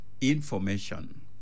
information